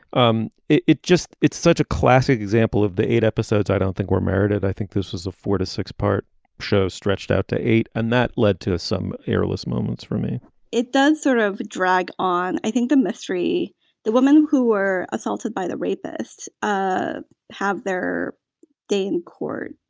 um it it just it's such a classic example of the eight episodes i don't think we're married. i think this is a four to six part show stretched out to eight and that led to some perilous moments for me it does sort of drag on. i think the mystery the woman who who were assaulted by the rapists ah have their day in court.